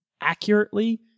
accurately